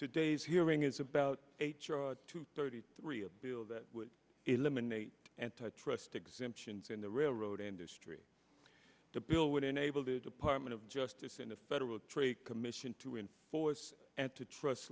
today's hearing is about h r two thirty three a bill that would eliminate antitrust exemption from the railroad industry the bill would enable the department of justice in the federal trade commission to in force and to trust